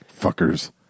Fuckers